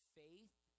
faith